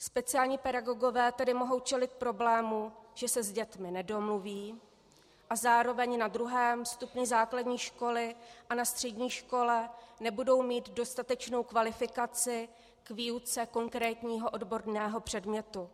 Speciální pedagogové tedy mohli čelit problému, že se s dětmi nedomluví, a zároveň na druhém stupni základní školy a na středních školách nebudou mít dostatečnou kvalifikaci s výjimkou konkrétního odborného předmětu.